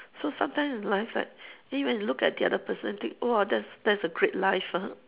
so sometimes in life right you may look at the other person think !wah! that's that's a great life ah